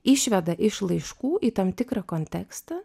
išveda iš laiškų į tam tikrą kontekstą